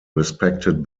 respected